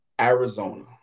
Arizona